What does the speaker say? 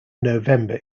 november